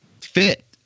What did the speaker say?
fit